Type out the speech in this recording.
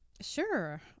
Sure